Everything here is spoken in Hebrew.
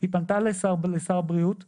היא פנתה לשר הבריאות דאז,